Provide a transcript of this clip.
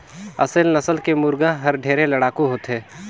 असेल नसल के मुरगा हर ढेरे लड़ाकू होथे